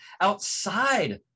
outside